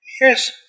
Yes